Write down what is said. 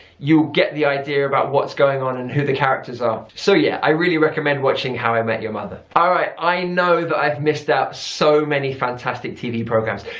you'll get the idea about what's going on and who the characters are. um so yeah i really recommend watching how i met your mother. alright, i know that i have missed out so many fantastic tv programmes.